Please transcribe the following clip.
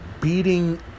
beating